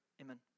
Amen